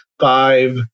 five